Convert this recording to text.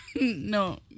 No